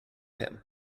him